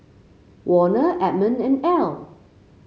Warner Edmond and Ell